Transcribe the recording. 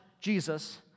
Jesus